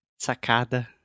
sacada